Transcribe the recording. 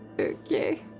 Okay